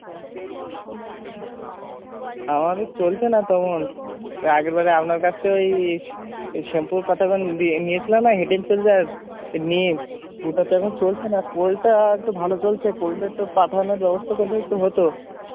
আমাদের চলছে না তেমন ওই আগেরবারে আপনার কাছ থেকে ওই এই শ্যাম্পুর পাতাটা নিয়েছিলাম না হেড এন্ড সোল্ডার নিয়ে ওটা তো এখন চলছে না কোলটা একটু ভালো চলছে কোলটা একটু পাঠানার ব্যবস্থা করলে একটু হতো